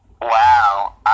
Wow